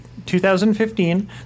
2015